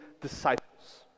disciples